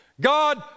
God